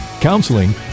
counseling